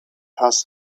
has